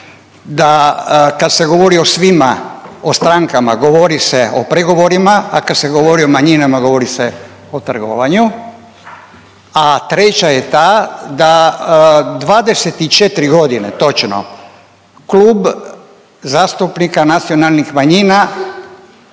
da kad se govori o svima o strankama govori se o pregovorima, a kad se govori o manjinama govori se o trgovanju. A treća je ta da 24 godine točno Klub zastupnika nacionalnih manjina